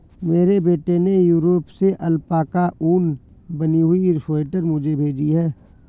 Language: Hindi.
मेरे बेटे ने यूरोप से अल्पाका ऊन से बनी हुई स्वेटर मुझे भेजी है